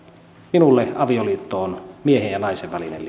minulle avioliitto on miehen ja naisen välinen